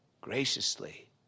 graciously